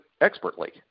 expertly